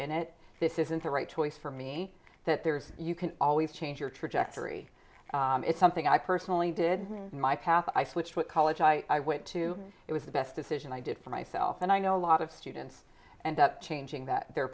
in it this isn't the right choice for me that there's you can always change your trajectory is something i personally did in my path i switched what college i went to it was the best decision i did for myself and i know a lot of students and up changing that their